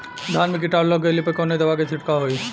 धान में कीटाणु लग गईले पर कवने दवा क छिड़काव होई?